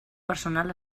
personal